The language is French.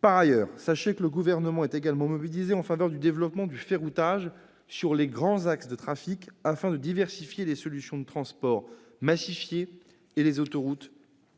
sénateurs, sachez que le Gouvernement est également mobilisé en faveur du développement du ferroutage sur les grands axes de trafic, afin de diversifier les solutions de transports massifiés et les autoroutes